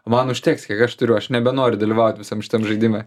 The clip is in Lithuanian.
man užteks kiek aš turiu aš nebenoriu dalyvaut visam šitam žaidime